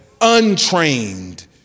untrained